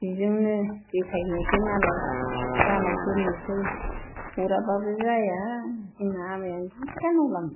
बिजोंनो देखायहैनोसै मालाय गानाव जोमनोसै हराब्लाबो जाया जोंना आमायानो जि गानाव लाङो